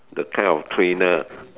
that kind of trainer